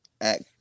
act